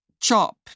Chop